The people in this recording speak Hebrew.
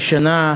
ישנה,